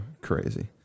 Crazy